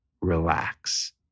Relax